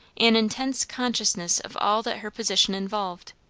an intense consciousness of all that her position involved.